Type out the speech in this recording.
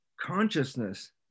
Consciousness